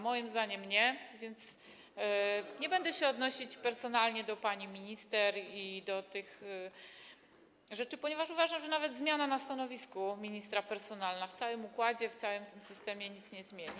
Moim zdaniem nie, więc nie będę się odnosić personalnie do pani minister i do tych spraw, ponieważ uważam, że nawet zmiana na stanowisku ministra, personalna w całym układzie, w całym tym systemie, nic nie zmieni.